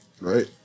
right